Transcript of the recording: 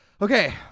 Okay